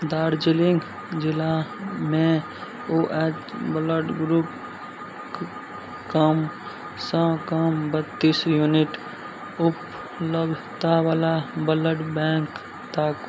दार्जिलिंग जिलामे O H blood group कमसँ कम बत्तीस यूनिट उपलब्धतावला ब्लड बैंक ताकू